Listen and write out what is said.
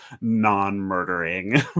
non-murdering